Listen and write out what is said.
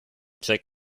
check